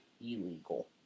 illegal